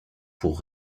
pour